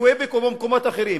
וכן בקוויבק ובמקומות אחרים.